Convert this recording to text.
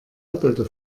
doppelte